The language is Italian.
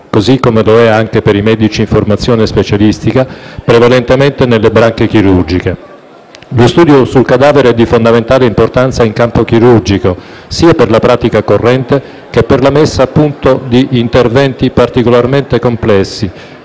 così come lo è anche per i medici in formazione specialistica, prevalentemente nelle branche chirurgiche; lo studio sul cadavere è di fondamentale importanza in campo chirurgico, sia per la pratica corrente che per la messa a punto di interventi particolarmente complessi,